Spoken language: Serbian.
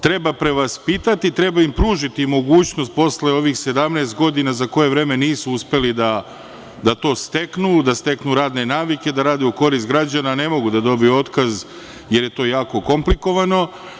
Treba ih prevaspitati, treba im pružiti mogućnost posle ovih 17 godina, za koje vreme nisu uspeli da to steknu, da steknu radne navike, da rade u korist građana, a ne mogu da dobiju otkaz jer je to jako komplikovano.